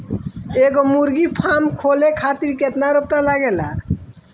एगो मुर्गी फाम खोले खातिर केतना रुपया लागेला?